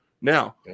Now